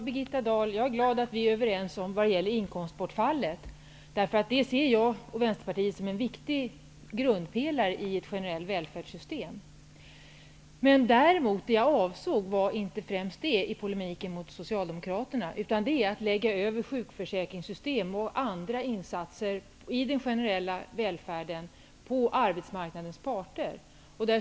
Fru talman! Jag är glad, Birgitta Dahl, att vi är överens beträffande inkomstbortfallet, eftersom jag och Vänsterpartiet ser detta som en viktig grundpelare i ett generellt välfärdssystem. Det var emellertid inte detta som jag främst avsåg i polemiken gentemot socialdemokraterna. Jag ville i stället ta upp att man lägger över sjukför säkringssystem och andra insatser i den generella välfärdspolitiken på arbetsmarknadens parter.